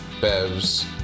Bev's